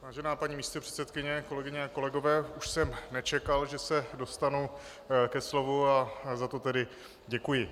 Vážená paní místopředsedkyně, kolegyně, kolegové, už jsem nečekal, že se dostanu ke slovu, a za to tedy děkuji.